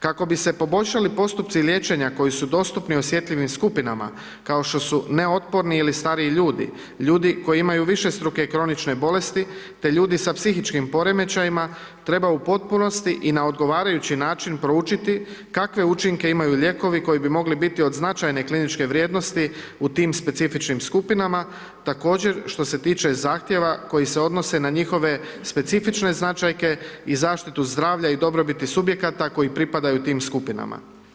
Kako bi se poboljšali postupci liječenja koji su dostupni osjetljivim skupina kao što su neotporni i stariji ljudi, ljudi koji imaju višestruke kroničke bolesti te ljudi sa psihičkim poremećajima, treba u potpunosti i na odgovarajući način proučiti kakve učinke imaju lijekovi koji bi mogli biti od značajne kliničke vrijednosti u tim specifičnim skupinama, također, što se tiče zahtjeva koji se odnose na njihove specifične značajke i zaštitu zdravlja i dobrobiti subjekata koji pripadaju tim skupinama.